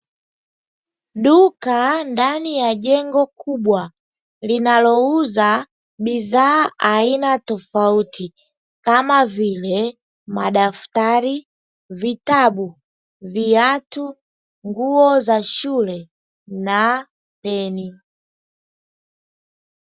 Duka ndani ya jengo kubwa, linalouza bidhaa aina tofauti, kama vile: madaftari, vitabu, viatu, nguo za shule na peni.